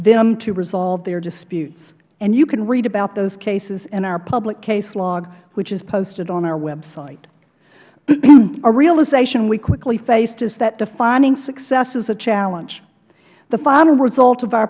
them to resolve their disputes you can read about those cases in our public case log which is posted on our website a realization we quickly faced is that defining success is a challenge the final results of our